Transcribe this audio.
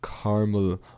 caramel